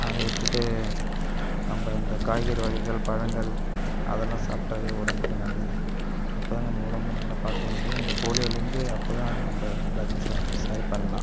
அதை விட்டுவிட்டு நம்ப இந்த காய்கறி வகைகள் பழங்கள் அதெல்லாம் சாப்பிட்டாவே உடம்புக்கு நல்லது அப்போ தான் நம்ம உடம்பை நல்லா பார்த்துக்க முடியும் இந்த போலியோலேருந்து அப்போதான் நம்ப எல்லாத்தையும் சா சரி பண்ணலாம்